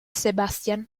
sebastian